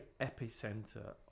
epicenter